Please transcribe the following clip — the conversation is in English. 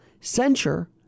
censure